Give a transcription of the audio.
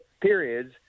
periods